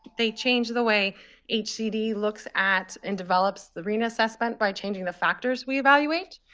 they change the way hcd looks at and develops the rhna assessment by changing the factors we evaluate,